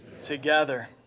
together